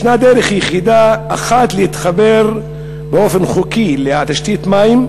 ישנה דרך יחידה אחת להתחבר באופן חוקי לתשתית מים,